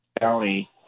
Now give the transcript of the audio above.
County